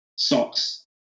socks